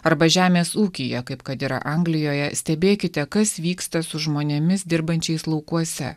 arba žemės ūkyje kaip kad yra anglijoje stebėkite kas vyksta su žmonėmis dirbančiais laukuose